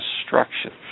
destruction